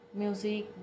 music